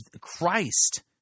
Christ